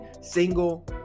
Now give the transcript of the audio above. single